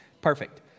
perfect